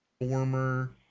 former